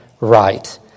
right